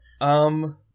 um-